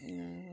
हूं